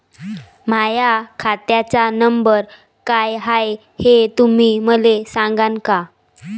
माह्या खात्याचा नंबर काय हाय हे तुम्ही मले सागांन का?